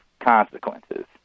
Consequences